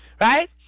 Right